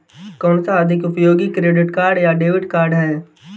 कौनसा अधिक उपयोगी क्रेडिट कार्ड या डेबिट कार्ड है?